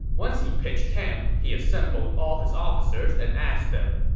once he pitched camp, he assembled all his officers and asked them,